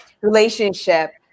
relationship